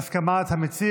בעד, 17,